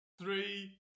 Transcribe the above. three